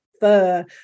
fur